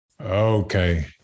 Okay